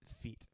fit